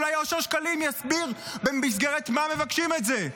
אולי אושר שקלים יסביר במסגרת מה מבקשים את זה.